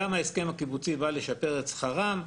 גם ההסכם הקיבוצי בא לשפר את שכרם.